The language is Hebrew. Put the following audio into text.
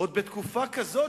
עוד בתקופה כזאת,